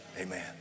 Amen